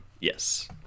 Yes